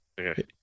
Okay